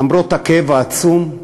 למרות הכאב העצום,